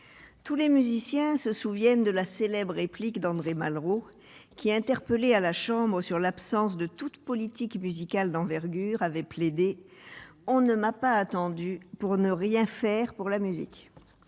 tous les musiciens se souviennent de la célèbre réplique d'André Malraux, interpellé à la Chambre sur l'absence de toute politique musicale d'envergure :« On ne m'a pas attendu pour ne rien faire pour la musique !